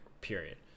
period